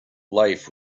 life